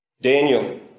Daniel